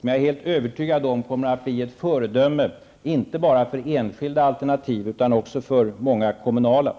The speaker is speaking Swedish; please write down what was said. Jag är helt övertygad om att Smörblomman kommer att bli ett föredöme, inte bara för enskilda alternativ utan också för många kommunala